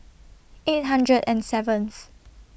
eight hundred and seventh